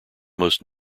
most